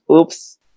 Oops